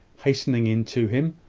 hastening in to him.